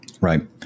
Right